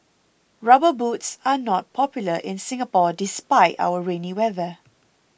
rubber boots are not popular in Singapore despite our rainy weather